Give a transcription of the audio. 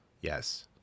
Yes